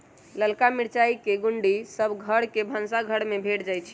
ललका मिरचाई के गुण्डी सभ घर के भनसाघर में भेंट जाइ छइ